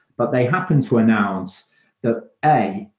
but they happen to announce that, a,